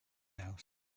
house